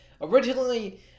originally